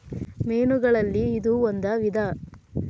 ಮೇನುಗಳಲ್ಲಿ ಇದು ಒಂದ ವಿಧಾ